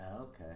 Okay